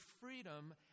freedom